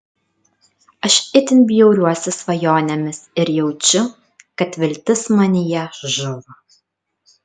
aš itin bjauriuosi svajonėmis ir jaučiu kad viltis manyje žuvo